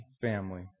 family